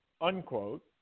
unquote